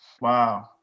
Wow